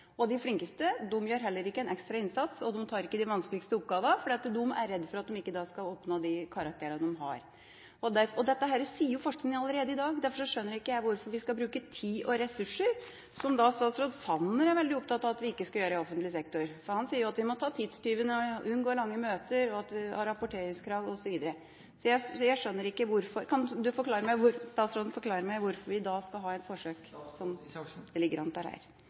Og de flinkeste gjør heller ikke en ekstra innsats, og de tar heller ikke de vanskeligste oppgavene fordi de da er redde for ikke å oppnå de karakterene de har. Dette sier jo forskningen allerede i dag, og derfor skjønner jeg ikke hvorfor vi skal bruke tid og ressurser på dette – som statsråd Sanner jo er veldig opptatt av at vi ikke skal gjøre i offentlig sektor; han sier jo at vi må ta tidstyvene, unngå lange møter, rapporteringskrav osv. Kan statsråden forklare meg hvorfor vi da skal ha et forsøk, slik det ligger an til her? Det er ikke departementet som sier at vi skal ha et forsøk. Departementet – eller Utdanningsdirektoratet – sier eventuelt ja eller nei til